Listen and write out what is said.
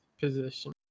position